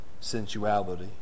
sensuality